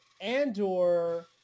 Andor